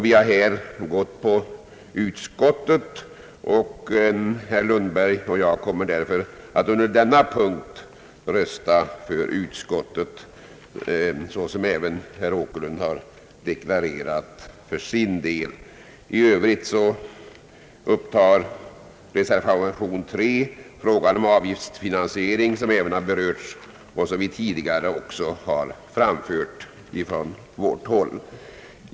Vi har här anslutit oss till utskottets förslag. Herr Lundberg och jag kommer därför under denna punkt att rösta för utskottets hemställan, såsom även herr Åkerlund har deklarerat att han kommer att göra för sin del. Reservation 3 gäller frågan om avgiftsfinansiering, som även berörts under debatten och som tidigare tagits upp från vårt håll.